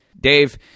Dave